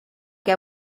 que